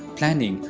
planning,